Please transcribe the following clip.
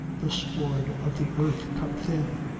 the sward of the earth cut thin